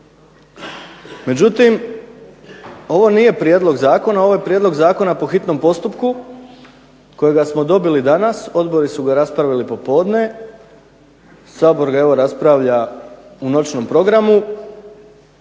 Međutim ovo nije prijedlog zakona, ovo je prijedlog zakona po hitnom postupku kojega smo dobili danas, odbori su ga raspravili popodne, Sabor ga evo raspravlja u noćnom programu,